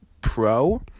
Pro